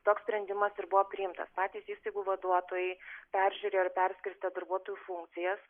toks sprendimas ir buvo priimtas patys įstaigų vaduotojai peržiūrėjo ir perskirstė darbuotojų funkcijas